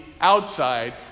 outside